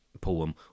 poem